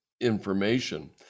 information